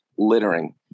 littering